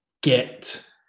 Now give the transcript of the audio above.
get